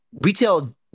retail